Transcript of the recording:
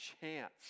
chance